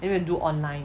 then when you do online